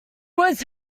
was